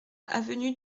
avenue